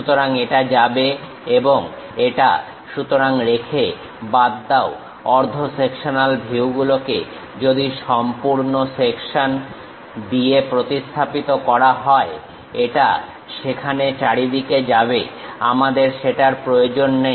সুতরাং এটা যাবে এবং এটা সুতরাং রেখে বাদ দাও অর্ধ সেকশনাল ভিউগুলোকে যদি সম্পূর্ণ সেকশন দিয়ে প্রতিস্থাপিত করা হয় এটা সেখানে চারিদিকে যাবে আমাদের সেটার প্রয়োজন নেই